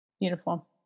Beautiful